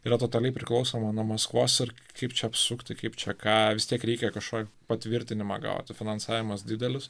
yra totaliai priklausoma nuo maskvos ir kaip čia apsukti kaip čia ką vis tiek reikia kažkokį patvirtinimą gauti finansavimas didelis